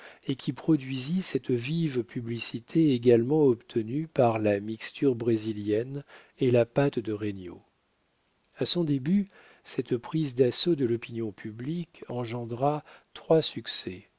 et qui produisit cette vive publicité également obtenue par la mixture brésilienne et la pâte de regnauld a son début cette prise d'assaut de l'opinion publique engendra trois succès